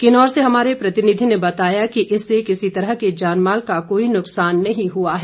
किन्नौर से हमारे प्रतिनिधी ने जानकारी देते हुए बताया कि इससे किसी तरह के जानमाल का कोई नुकसान नहीं हुआ है